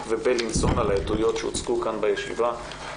ובילינסון על העדויות שהוצגו כאן בישיבה.